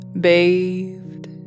bathed